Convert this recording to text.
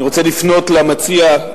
אני רוצה לפנות למציע,